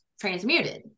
transmuted